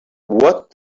what